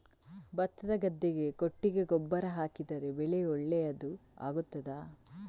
ಭತ್ತದ ಗದ್ದೆಗೆ ಕೊಟ್ಟಿಗೆ ಗೊಬ್ಬರ ಹಾಕಿದರೆ ಬೆಳೆ ಒಳ್ಳೆಯದು ಆಗುತ್ತದಾ?